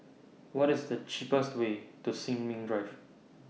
What IS The cheapest Way to Sin Ming Drive